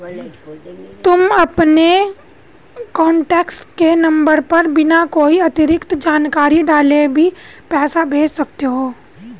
तुम अपने कॉन्टैक्ट के नंबर पर बिना कोई अतिरिक्त जानकारी डाले भी पैसे भेज सकते हो